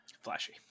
Flashy